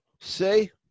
see